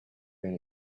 been